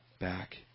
back